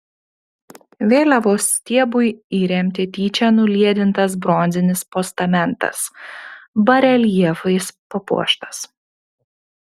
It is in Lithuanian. vėliavos stiebui įremti tyčia nuliedintas bronzinis postamentas bareljefais papuoštas